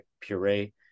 puree